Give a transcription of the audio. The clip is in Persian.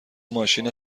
ماشین